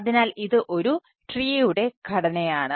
അതിനാൽ ഇത് ഒരു ട്രീയുടെ ഘടനയാണ്